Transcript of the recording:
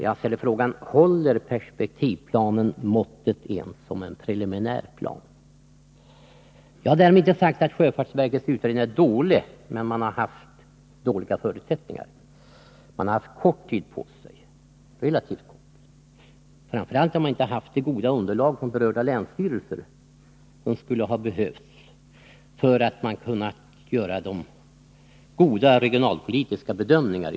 Jag frågar: Håller perspektivplanen måttet ens som en preliminär plan? Jag har därmed inte sagt att sjöfartsverkets utredning är dålig, men man har haft dåliga förutsättningar. Man har haft relativt kort tid på sig. Men framför allt har man saknat det goda underlag från berörda länsstyrelser som hade behövts för att man i utredningen skulle ha kunnat göra tillfredsställande regionalpolitiska bedömningar.